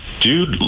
dude